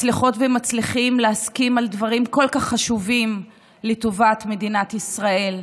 מצליחות ומצליחים להסכים על דברים כל כך חשובים לטובת מדינת ישראל,